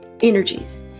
energies